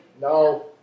No